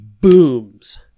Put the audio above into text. booms